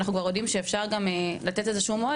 אנחנו כבר יודעים שאפשר גם לתת איזשהו מועד